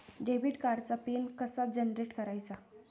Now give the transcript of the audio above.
Debit कार्डचा pin कसा generate करायचा?